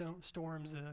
Storms